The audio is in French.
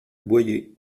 boyer